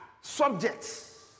subjects